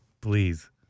please